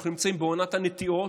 אנחנו נמצאים בעונת הנטיעות,